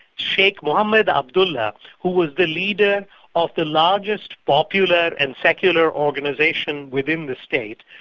sheikh mohamed abdullah who was the leader of the largest popular and secular organisation within the state,